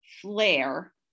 flare